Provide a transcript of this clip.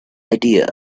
idea